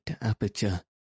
aperture